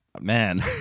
man